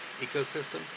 ecosystem